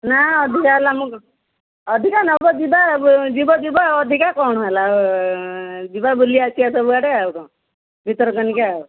ନା ଅଧିକା ହେଲେ ଆମ ଅଧିକା ନେବ ଯିବା ଯିବ ଯିବ ଆଉ ଅଧିକା କ'ଣ ହେଲା ଯିବା ବୁଲି ଆସିବା ସବୁ ଆଡ଼େ ଆଉ କ'ଣ ଭିତରକନିକା